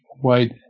white